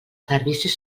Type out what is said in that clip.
servicis